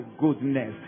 goodness